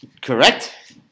Correct